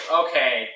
okay